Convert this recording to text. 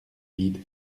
vide